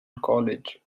college